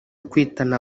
kwitana